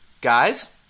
guys